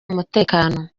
umutekano